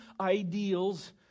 ideals